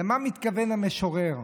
למה מתכוון המשורר?